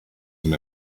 and